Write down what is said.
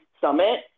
Summit